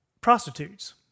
prostitutes